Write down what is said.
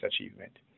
achievement